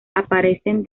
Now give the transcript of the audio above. aparecen